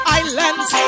islands